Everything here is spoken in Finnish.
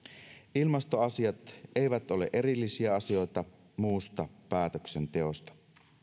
ilmastoasiat eivät ole erillisiä asioita muusta päätöksenteosta